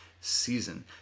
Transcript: season